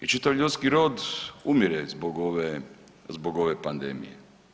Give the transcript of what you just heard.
I čitav ljudski rod umire zbog ove pandemije.